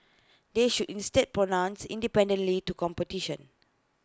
they should instead pronounce independently to competition